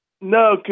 No